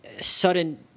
sudden